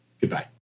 Goodbye